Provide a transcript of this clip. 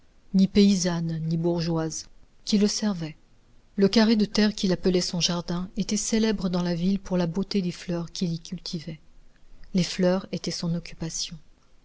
ni paysanne ni bourgeoise qui le servait le carré de terre qu'il appelait son jardin était célèbre dans la ville pour la beauté des fleurs qu'il y cultivait les fleurs étaient son occupation